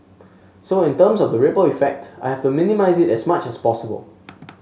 so in terms of the ripple effect I have to minimise it as much as possible